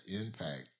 impact